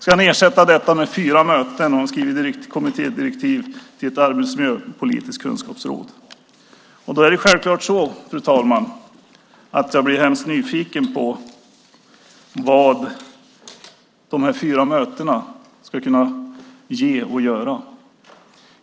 Nu ersätter ni detta med fyra möten, och ni skriver kommittédirektiv till ett arbetsmiljöpolitiskt kunskapsråd. Fru talman! Jag blir självfallet hemskt nyfiken på vad de här fyra mötena ska kunna ge och göra.